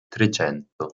trecento